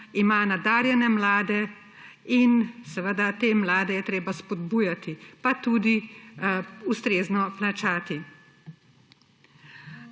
ima nadarjene mlade in te mlade je treba spodbujati pa tudi ustrezno plačati.